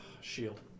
Shield